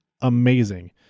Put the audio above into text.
amazing